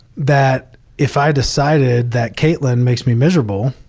that if i decided that kaytlyn makes me miserable,